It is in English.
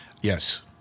Yes